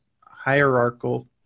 hierarchical